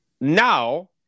Now